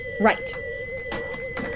Right